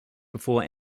before